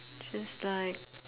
just like